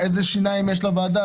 איזה שיניים יש לוועדה?